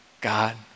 God